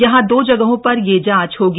यहां दो जगहों पर यह जांच होगी